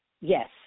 Yes